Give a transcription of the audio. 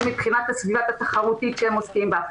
מבחינת הסביבה התחרותית שהם עוסקים בה.